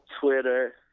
Twitter